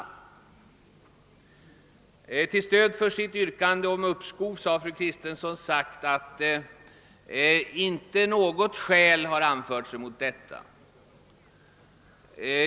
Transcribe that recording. Som stöd för sitt yrkande om uppskov åberopade fru Kristensson att något skäl mot uppskov inte hade anförts.